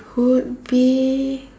would be